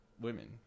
women